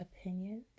opinions